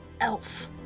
Elf